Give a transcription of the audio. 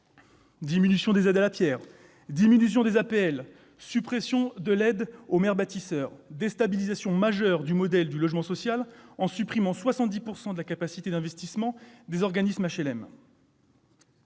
diminution des aides à la pierre, diminution des APL, suppression de l'aide aux maires bâtisseurs, déstabilisation majeure du modèle du logement social par la suppression de 70 % de la capacité d'investissement des organismes d'HLM